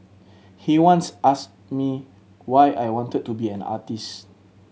he once asked me why I wanted to be an artist